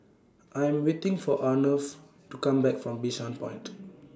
I Am waiting For Arnav to Come Back from Bishan Point